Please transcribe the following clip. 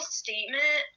statement